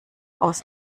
aus